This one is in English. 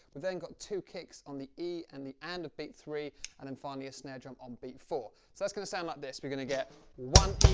but then got two kicks on the e and the and of beat three and then finally a snare drum on beat four. so that's going to sound like this, we're going to get one